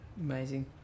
amazing